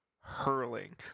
hurling